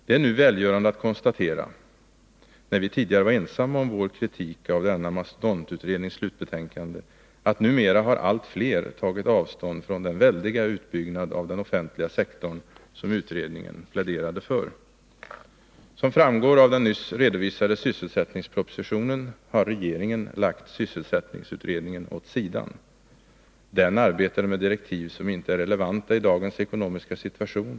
Det är nu välgörande att konstatera — tidigare var vi ensamma om att kritisera denna mastodontutrednings slutbetänkande — att numera har allt fler tagit avstånd från den väldiga utbyggnad av den offentliga sektorn som utredningen pläderade för. Som framgår av den nyss redovisade sysselsättningspropositionen har regeringen lagt sysselsättningsutredningen åt sidan. Den arbetade med direktiv som inte är relevanta i dagens ekonomiska situation.